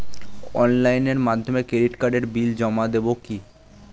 অনলাইনের মাধ্যমে ক্রেডিট কার্ডের বিল জমা দেবো কি?